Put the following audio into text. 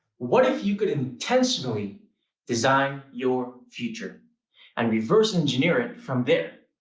what if you could intentionally design your future and reverse engineer it from there?